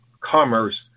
commerce